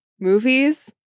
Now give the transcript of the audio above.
movies